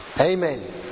Amen